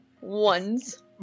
Ones